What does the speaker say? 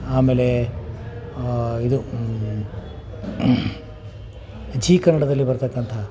ಆಮೇಲೆ ಇದು ಜೀ ಕನ್ನಡದಲ್ಲಿ ಬರತಕ್ಕಂಥ